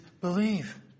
believe